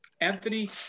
Anthony